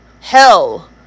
hell